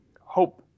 hope